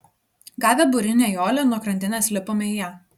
gavę burinę jolę nuo krantinės lipome į ją